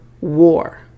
war